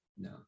No